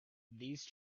these